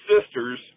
sisters